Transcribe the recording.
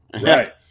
Right